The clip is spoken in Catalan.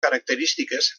característiques